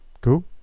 Cool